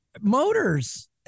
motors